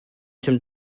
some